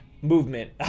movement